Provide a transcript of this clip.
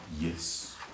Yes